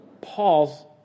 Paul's